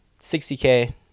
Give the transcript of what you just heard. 60k